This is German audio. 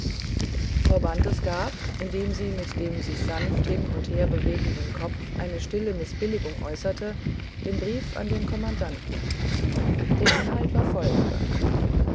frau bantes gab indem sie mit dem sich sanft hin und her bewegenden kopfe eine stille mißbilligung äußerte den brief an den kommandanten der inhalt war folgender